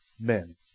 men